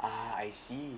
ah I see